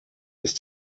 ist